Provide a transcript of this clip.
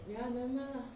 ya never mind lah